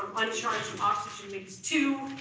uncharged oxygen makes two,